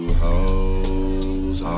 hoes